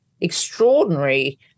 extraordinary